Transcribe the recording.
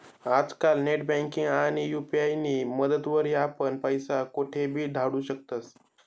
आजकाल नेटबँकिंग आणि यु.पी.आय नी मदतवरी आपण पैसा कोठेबी धाडू शकतस